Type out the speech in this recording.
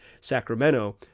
Sacramento